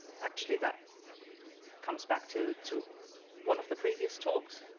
actually, that comes back to to one of the previous talks.